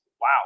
wow